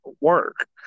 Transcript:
work